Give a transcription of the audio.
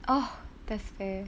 oh that's fair